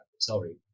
Sorry